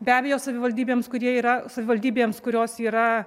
be abejo savivaldybėms kurie yra savivaldybėms kurios yra